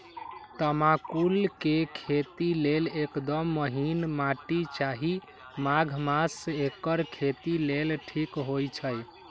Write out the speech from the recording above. तमाकुल के खेती लेल एकदम महिन माटी चाहि माघ मास एकर खेती लेल ठीक होई छइ